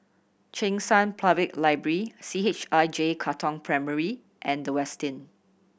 Cheng San Public Library C H I J Katong Primary and The Westin